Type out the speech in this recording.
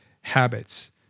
habits